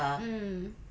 mm